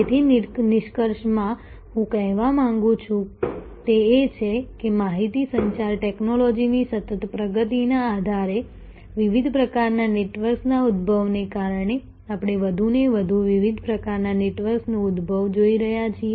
તેથી નિષ્કર્ષમાં હું જે કહેવા માંગુ છું તે એ છે કે માહિતી સંચાર ટેક્નોલોજીની સતત પ્રગતિના આધારે વિવિધ પ્રકારના નેટવર્કના ઉદભવને કારણે આપણે વધુને વધુ વિવિધ પ્રકારના નેટવર્કનો ઉદભવ જોઈ રહ્યા છીએ